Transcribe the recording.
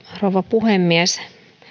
rouva puhemies